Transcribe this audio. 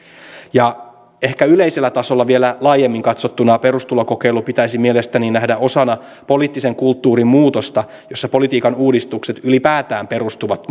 ja ehkä yleisellä tasolla vielä laajemmin katsottuna perustulokokeilu pitäisi mielestäni nähdä osana poliittisen kulttuurin muutosta jossa politiikan uudistukset ylipäätään perustuvat